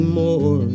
more